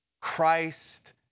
Christ